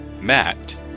Matt